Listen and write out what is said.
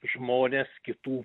žmonės kitų